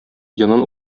йонын